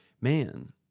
man